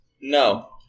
No